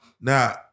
Now